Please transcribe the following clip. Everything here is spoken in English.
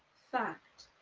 fact.